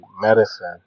medicine